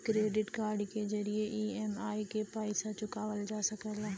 credit card के जरिये EMI क पइसा चुकावल जा सकला